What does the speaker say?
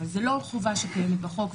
אבל זאת לא חובה שקיימת בחוק,